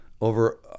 over